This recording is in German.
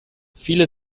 viele